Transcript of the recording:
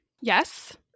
Yes